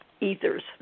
ethers